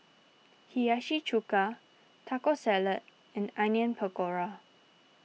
Hiyashi Chuka Taco Salad and Onion Pakora